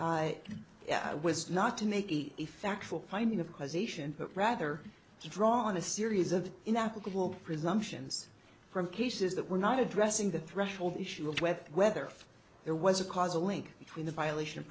i was not to make a factual finding of causation but rather to draw on a series of inapplicable presumptions from cases that were not addressing the threshold issue of whether whether there was a causal link between the violation of